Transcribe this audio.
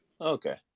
Okay